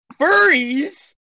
furries